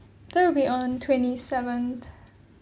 that will be on twenty-seventh